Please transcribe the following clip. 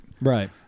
Right